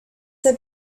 had